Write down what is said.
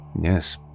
Yes